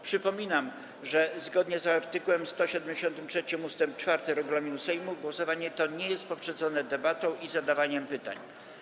Przypominam, że zgodnie z art. 173 ust. 4 regulaminu Sejmu głosowanie to nie jest poprzedzone debatą ani zadawaniem pytań.